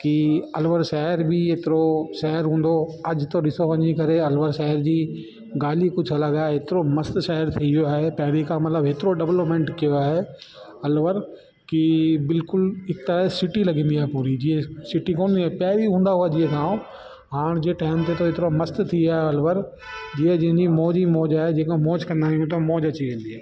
की अलवर शहर बि एतिरो शहरु हूंदो अॼु त ॾिसो वञी करे अलवर शहर जी गाल्हि ई कुझु अलॻि आहे ऐतिरो मस्तु शहर ठही वियो आहे पहिरी खां मतिलबु हेतिरो डविलपिमेंट कयो आहे अलवर की बिल्कुलु हिक त सिटी लॻंदी आहे पूरी जीअं सिटी कोन हू आहे पहिरी हूंदा हुआ जीअं गांव हाण जीअं टाऐम ते एतिरो मस्तु थी वियो आहे अलवर जीअं जंहिंजी मौज ई मौज आहे मौज कंदा आहियूं त मौज अची वेंदी आहे